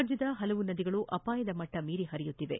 ರಾಜ್ಯದ ಹಲವಾರು ನದಿಗಳು ಅಪಾಯದ ಮಟ್ಟ ಮೀರಿ ಪರಿಯುತ್ತಿವೆ